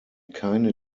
keine